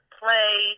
play